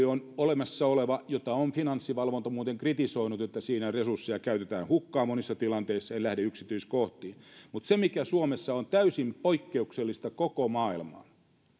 on olemassa tämä työhyvinvointipuoli jota on finanssivalvonta muuten kritisoinut niin että siinä resursseja käytetään hukkaan monissa tilanteissa en lähde yksityiskohtiin mutta mikä suomessa on täysin poikkeuksellista koko maailmaan